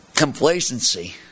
Complacency